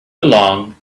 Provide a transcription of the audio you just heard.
along